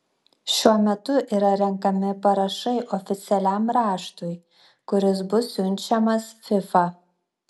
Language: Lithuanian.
šiuo metu yra renkami parašai oficialiam raštui kuris bus siunčiamas fifa